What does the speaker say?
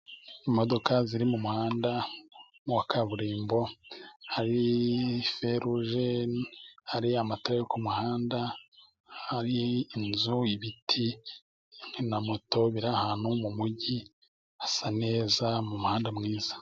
Imodoka ziri mu muhanda wa kaburimbo, hari feruje, hari amatara yo ku muhanda, hari inzu, ibiti na moto biri ahantu mu mujyi hasa neza mu muhanda mwiza.